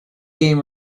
game